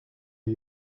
een